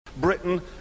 Britain